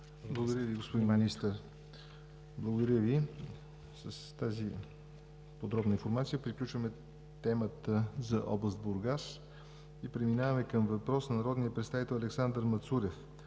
Благодаря Ви, господин Министър. С тази подробна информация приключваме темата за област Бургас. Преминаваме към въпрос на народния представител Александър Мацурев.